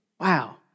Wow